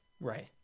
Right